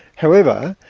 however,